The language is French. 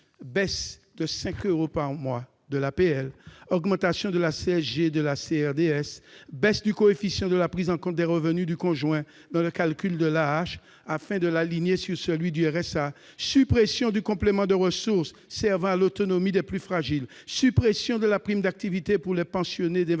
baisse de 5 euros par mois de l'APL, augmentation de la CSG, de la CRDS, baisse du coefficient de la prise en compte des revenus du conjoint dans le calcul de l'AAH, afin de l'aligner sur celui du RSA, suppression du complément de ressources servant à compenser la perte d'autonomie des plus fragiles, suppression de la prime d'activité pour les pensionnés d'invalidité,